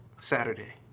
Saturday